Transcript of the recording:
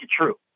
true